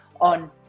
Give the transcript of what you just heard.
on